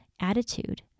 attitude